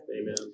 Amen